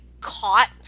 caught